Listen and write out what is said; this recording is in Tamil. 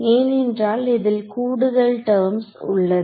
ஏனென்றால் இதில் கூடுதல் டெர்ம்ஸ் உள்ளது